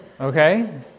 okay